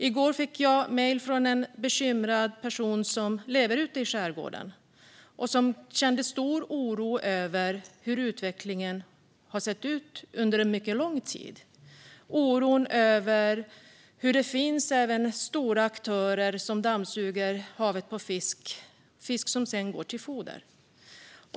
I går fick jag mejl från en bekymrad person som lever ute i skärgården och kände stor oro över hur utvecklingen har sett ut under mycket lång tid. Det finns en oro över att stora aktörer dammsuger havet på fisk, som sedan går till foder.